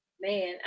Man